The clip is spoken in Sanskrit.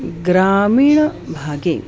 ग्रामीणभागे